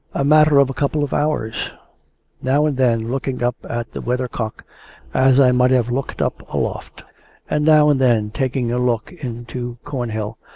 a matter of a couple of hours now and then looking up at the weathercock as i might have looked up aloft and now and then taking a look into cornhill,